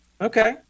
Okay